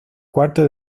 cuarto